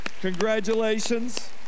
Congratulations